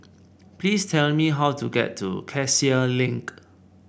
please tell me how to get to Cassia Link